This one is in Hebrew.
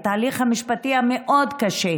התהליך המשפטי המאוד-קשה,